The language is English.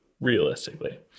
realistically